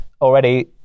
already